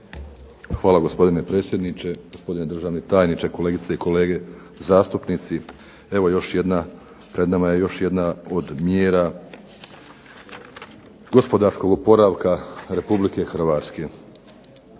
Hvala gospodine predsjedniče. Gospodine državni tajniče, kolegice i kolege zastupnici. Pred nama je još jedna od mjera gospodarskog oporavka RH. Kada smo